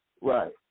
Right